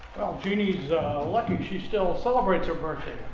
jeanne's lucky she still celebrates her birthday.